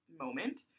moment